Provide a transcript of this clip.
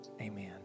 amen